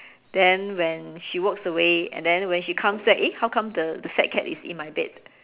then when she walks away and then when she comes back eh how come the the fat cat is in my bed